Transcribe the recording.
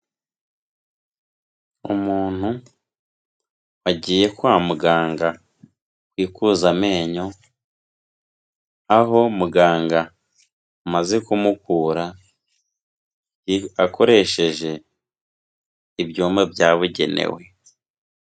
Umuntu wagiye kwa muganga kwikuzamenyo, aho muganga amaze kumukura akoresheje ibyumba byabugenewe.